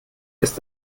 ist